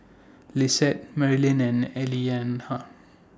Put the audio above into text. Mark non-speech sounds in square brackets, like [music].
Lisette Marylin and [unintelligible]